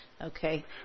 Okay